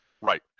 Right